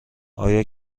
آیا